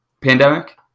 pandemic